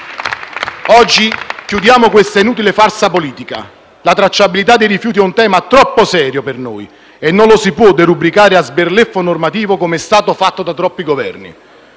Oggi chiudiamo questa inutile farsa politica. La tracciabilità dei rifiuti è un tema troppo serio per noi, e non lo si può derubricare a sberleffo normativo, come è stato fatto da troppi Governi.